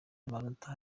amanota